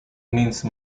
mince